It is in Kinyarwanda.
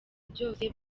byose